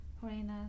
foreigners